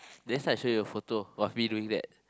next time I show you a photo of me doing that